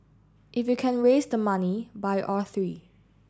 if you can raise the money buy all three